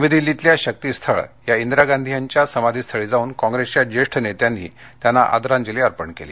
नवी दिल्लीतल्या शक्तीस्थळ या इंदिरा गांधी यांच्या समाधीस्थळी जाऊन कॉप्रेसच्या ज्येष्ठ नेत्यांनी त्यांना आदरांजली अर्पण केली